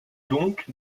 donc